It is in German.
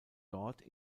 dort